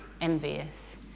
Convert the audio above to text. envious